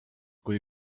kui